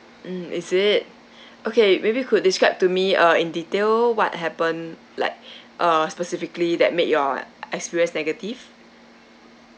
mm is it okay maybe you could describe to me uh in detail what happened like uh specifically that make your experience negative